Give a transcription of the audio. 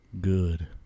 Good